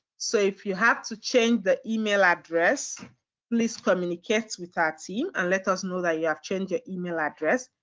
so if you have to change the email address please communicate with our team and let us know that you have changed your email address.